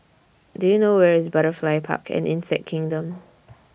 Do YOU know Where IS Butterfly Park and Insect Kingdom